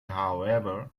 however